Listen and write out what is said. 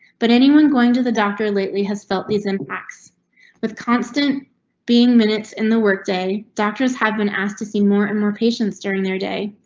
but anyone going to the doctor lately has felt these impacts with constant being minutes in the work day, doctors have been asked to see more and more patients during their day.